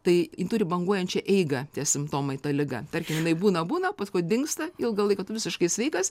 tai ji turi banguojančią eigą tie simptomai ta liga tarkim jinai būna būna paskui dingsta ilgą laiką tu visiškai sveikas